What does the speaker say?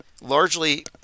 largely